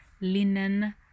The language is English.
linen